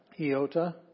Iota